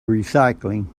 recycling